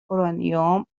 اورانیوم